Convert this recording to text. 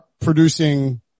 producing